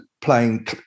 playing